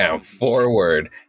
forward